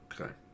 Okay